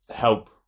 help